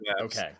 okay